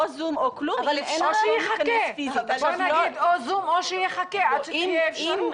בואי נגיד או "זום" או שיחכה עד שתהיה אפשרות.